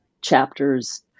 chapters